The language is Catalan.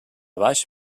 baix